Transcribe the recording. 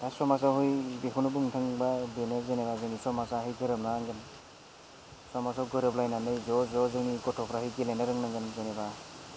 दा समाजावहै बेखौनो बुंनो थांबा बेनो जेनेबा जोंनि समाजआहै गोरोबनांगोन समाजाव गोरोबलायनानै ज' ज' जोंनि गथ'फ्राहै गेलेनो रोंनांगोन जेनेबा